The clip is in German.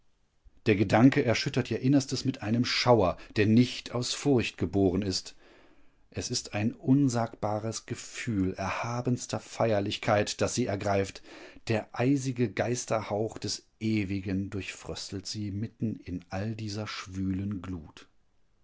der gedanke erschüttert ihr innerstes mit einem schauer der nicht aus furcht geboren ist es ist ein unsagbares gefühl erhabenster feierlichkeit das sie ergreift der eisige geisterhauch des ewigen durchfröstelt sie mitten in all dieser schwülen glut